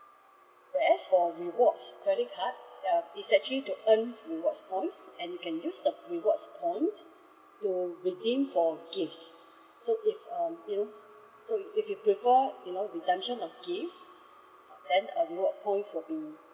whereas for rewards credit card ya it's actually to earn rewards point and you can use the reward points to redeem for gifts so if uh you know so if you prefer you know redemption of gift then uh reward points will be